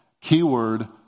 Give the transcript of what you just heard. Keyword